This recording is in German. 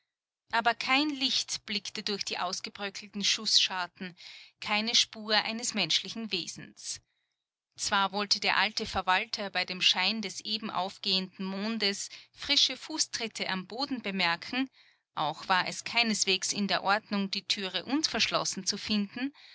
aber kein licht blickte durch die ausgebröckelten schußscharten keine spur eines menschlichen wesens zwar wollte der alte verwalter bei dem schein des eben aufgehenden mondes frische fußtritte am boden bemerken auch war es keineswegs in der ordnung die türe unverschlossen zu finden